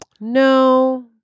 No